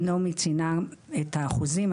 נעמי ציינה את האחוזים,